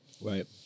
Right